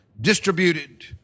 distributed